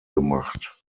gemacht